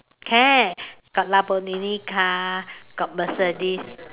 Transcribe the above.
can got Lamborghini car got mercedes